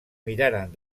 miraren